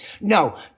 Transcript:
No